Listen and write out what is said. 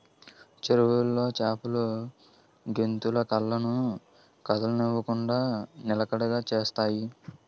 చెరువులో చేపలు గెంతులు కళ్ళను కదలనివ్వకుండ నిలకడ చేత్తాయి